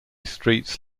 streets